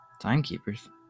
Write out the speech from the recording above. Timekeepers